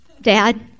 Dad